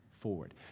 forward